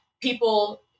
people